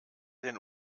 den